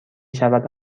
شود